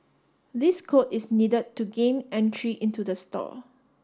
this code is needed to gain entry into the store